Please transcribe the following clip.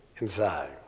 inside